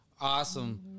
Awesome